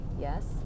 yes